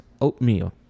Oatmeal